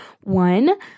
one